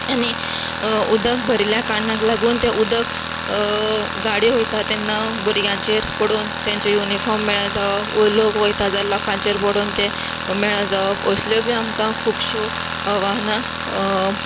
आनी उदक भरिल्ल्या कारणाक लागून तें उदक गाडयो वयतात तेन्ना भुरग्यांचेर पडून तांचें युनिफॉर्म म्हेळें जावप वा लोक वयता त्या लोकांचेर पडून तें म्हेळें जावप असल्यो बी आमकां खुबश्यो आव्हानां